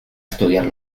estudiar